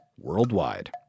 worldwide